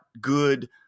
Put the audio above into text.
good